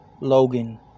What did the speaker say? Logan